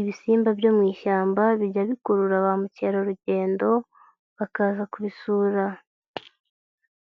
Ibisimba byo mu ishyamba bijya bikurura ba mukerarugendo bakaza kubisura,